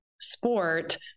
sport